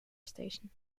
station